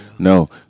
No